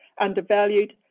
undervalued